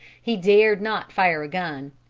he dared not fire a gun.